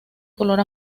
color